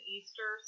Easter